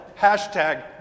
Hashtag